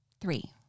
three